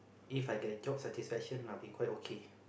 If I get job satisfaction I'll be quite okay